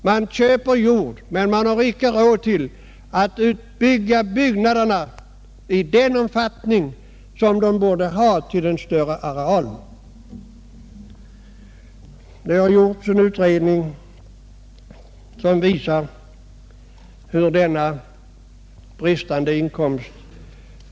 Man köper jord men har inie räd att bygga i den omfattning som man borde göra till den större arealen.